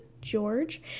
George